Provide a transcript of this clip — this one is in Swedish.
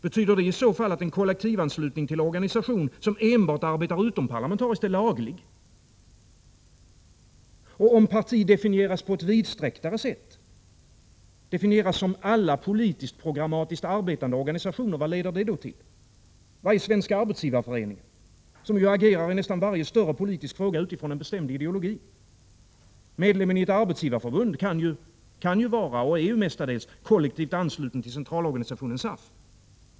Betyder det i så fall att kollektivanslutning till organisation som enbart arbetar utomparlamentariskt är laglig? Och om parti definieras på ett mer vidsträckt sätt — som alla politiskt-programatiskt arbetande organisationer — vad leder det då till? Vad är Svenska arbetsgivareföreningen, som ju agerar i nästan varje större politisk fråga utifrån en bestämd ideologi? Medlemmen i ett arbetsgivarförbund kan ju vara — och är mestadels — kollektivt ansluten till centralorganisationen SAF.